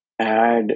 add